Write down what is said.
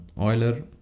Euler